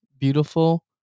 beautiful